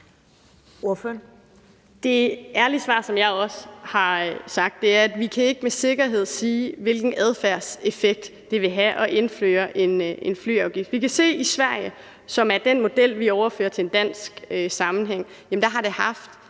Det ærlige svar, som jeg også har givet, er, at vi ikke med sikkerhed kan sige, hvilken adfærdseffekt det vil have at indføre en flyafgift. Vi kan se i Sverige – og det er deres model, vi vil overføre til en dansk sammenhæng – at det har